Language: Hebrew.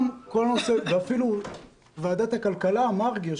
אפילו יושב-ראש ועדת הכלכלה, מרגי,